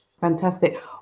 Fantastic